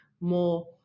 more